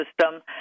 system